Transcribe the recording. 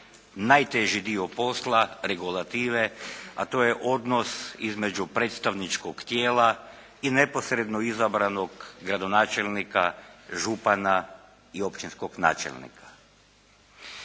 najteži dio posla regulative, a to je odnos između predstavničkog tijela i neposredno izabranog gradonačelnika, župana i općinskog načelnika.